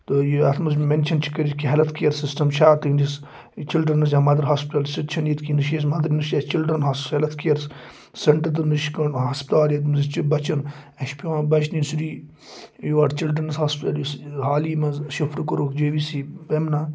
تہٕ یہِ اَتھ منٛز مےٚ مٮ۪نشَن چھِ کٔرِتھ کہِ ہٮ۪لٕتھ کِیر سِسٹَم چھُ اَتھ تُہٕنٛدِس چِلڈرٛنٕز یا مَدَر ہاسپِٹَل سُہ تہِ چھَنہٕ ییٚتہِ کِہیٖنۍ نَہ چھِ اَسہِ مَدَر نَہ چھِ چِلڈرٛن ہٮ۪لٕتھ کِیَر سٮ۪نٹَر تہٕ نَہ چھِ کانٛہہ ہَسپَتال ییٚتہِ نَہ حظ چھِ بَچَن اَسہِ چھِ پٮ۪وان بَچنہِ سُری یور چِلڈرٛنٕز ہاسپِٹَل یُس حالی منٛز شفٹ کوٚرُکھ جے وی سی بیمنا